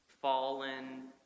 fallen